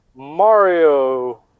Mario